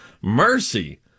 Mercy